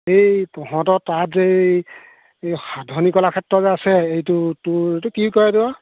এই তহঁতৰ তাত যে এই এ সাধনী কলাক্ষেত্ৰ যে আছে এইটো তোৰ এইটো কি কয় এইটো